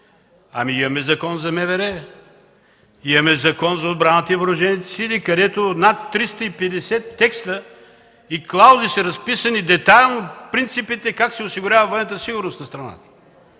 Ами, имаме Закон за МВР, имаме Закон за отбраната и Въоръжените сили, където в над 350 текста и клаузи са разписани детайлно принципите как се осигурява военната сигурност на страната.